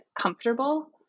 comfortable